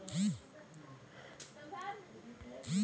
ఒక ఎకరా వరికి రసాయనాలు ఎట్లా కొలత వేయాలి?